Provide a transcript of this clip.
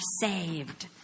saved